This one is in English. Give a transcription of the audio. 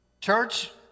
Church